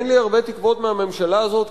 אין לי הרבה תקוות מהממשלה הזאת,